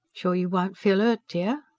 sure you won't feel hurt, dear?